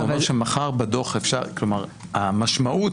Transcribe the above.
הוא אומר שמחר בדו"ח אפשר, כלומר, המשמעות,